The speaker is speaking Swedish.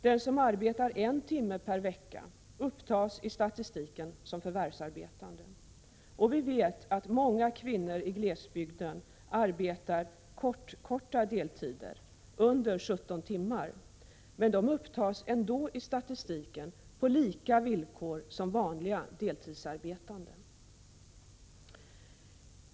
Den som arbetar en timme per vecka upptas i statistiken som förvärvsarbetande. Vi vet att många kvinnor i glesbygden arbetar ”kort-korta” deltider, mindre än 17 timmar, men de upptas ändå i statistiken på lika villkor som vanliga deltidsarbetande.